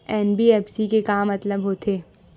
NBFC के मतलब का होथे?